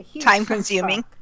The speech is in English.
Time-consuming